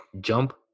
jump